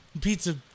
Pizza